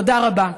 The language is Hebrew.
תודה רבה.